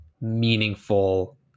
meaningful